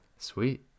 sweet